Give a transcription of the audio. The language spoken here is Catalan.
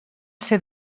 ser